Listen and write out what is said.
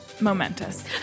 Momentous